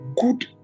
good